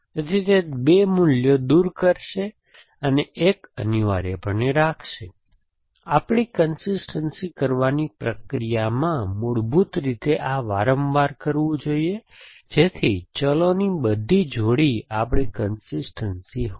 તેથી તે 2 મૂલ્યો દૂર કરશે અને એક અનિવાર્યપણે રાખશે તેથી આપણી કન્સિસ્ટનસી કરવાની પ્રક્રિયામાં મૂળભૂત રીતે આ વારંવાર કરવું જોઈએ જેથી ચલોની બધી જોડી આપણી કન્સિસ્ટનસી હોય